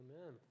Amen